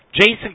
Jason